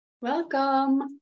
Welcome